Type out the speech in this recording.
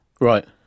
Right